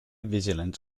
vigilant